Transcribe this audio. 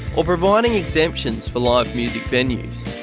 or providing exemptions for live music venues.